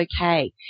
okay